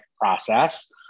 process